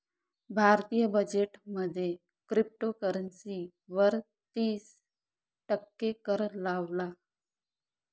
भारतीय बजेट मध्ये क्रिप्टोकरंसी वर तिस टक्के कर लावला